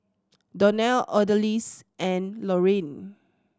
Donell Odalys and Laureen